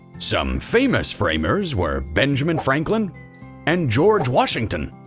some famous framers were benjamin franklin and george washington.